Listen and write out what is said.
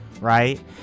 right